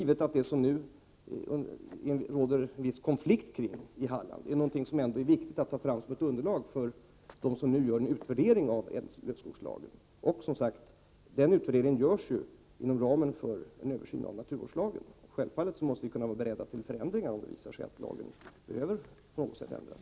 Det som det nu råder en viss konflikt om i Halland är givetvis ändå viktigt som ett underlag för dem som nu gör en utvärdering av ädellövskogslagen. Utvärderingen görs, som sagt, inom ramen för en översyn av naturvårdslagen. Självfallet måste vi vara beredda på förändringar, om det visar sig att lagen i något avseende behöver ändras.